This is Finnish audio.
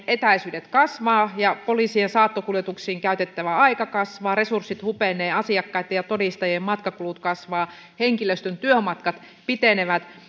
etäisyydet kasvavat ja poliisien saattokuljetuksiin käytettävä aika kasvaa resurssit hupenevat asiakkaitten ja todistajien matkakulut kasvavat henkilöstön työmatkat pitenevät